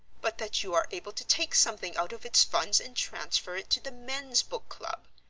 but that you are able to take something out of its funds and transfer it to the men's book club.